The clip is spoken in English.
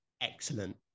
excellent